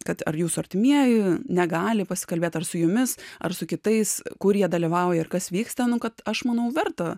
kad ar jūsų artimieji negali pasikalbėt ar su jumis ar su kitais kurie dalyvauja ir kas vyksta nu kad aš manau verta